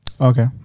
Okay